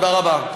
תודה רבה.